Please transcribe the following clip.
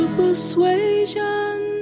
persuasion